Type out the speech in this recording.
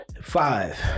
Five